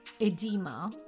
edema